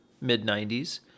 Mid-90s